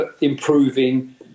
improving